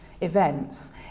events